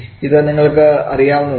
അത് നിങ്ങൾക്ക് അറിയാവുന്നതാണ്